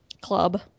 club